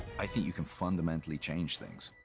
i think you could fundamentally change things.